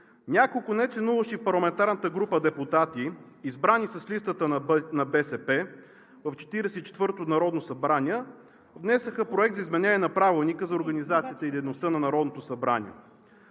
няколко нечленуващи в парламентарна група депутати, избрани с листата на БСП в Четиридесет и четвъртото народно събрание, внесоха Проект за изменение на Правилника за организацията и дейността на Народното събрание.